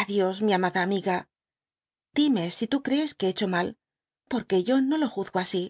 a dios y mi amada amiga dime si tu crees que hé hecho malpor que yo no lo juzgo así